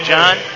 John